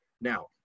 now